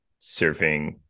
surfing